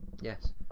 Yes